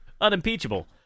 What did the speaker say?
unimpeachable